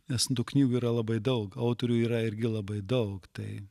nes tų knygų yra labai daug autorių yra irgi labai daug tai